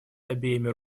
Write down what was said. обеими